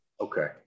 Okay